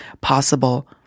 possible